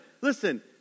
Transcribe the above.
Listen